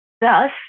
Thus